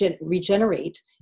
regenerate